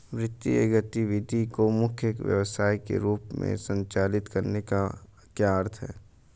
वित्तीय गतिविधि को मुख्य व्यवसाय के रूप में संचालित करने का क्या अर्थ है?